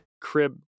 crib